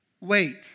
wait